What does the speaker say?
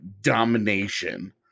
domination